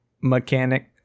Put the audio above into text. mechanic